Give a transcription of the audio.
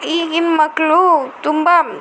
ಈಗಿನ ಮಕ್ಕಳು ತುಂಬ